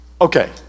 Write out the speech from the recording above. Okay